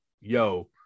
yo